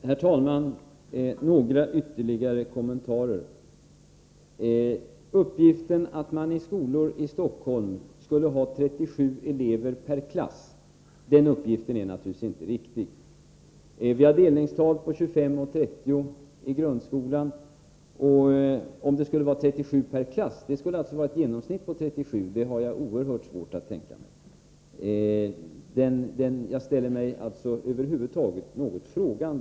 Herr talman! Jag vill göra några ytterligare kommentarer. Uppgiften att man i skolor i Stockholm skulle ha 37 elever per klass är naturligtvis inte riktig. Vi har delningstal på 25-30 i grundskolan. Att vi skulle ha ett genomsnitt på 37 elever per klass har jag oerhört svårt att tänka mig. Jag ställer mig alltså något frågande till den siffran.